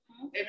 Amen